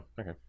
okay